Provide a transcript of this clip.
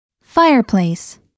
fireplace